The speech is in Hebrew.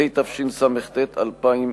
זצוק"ל.